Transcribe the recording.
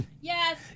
Yes